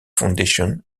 foundation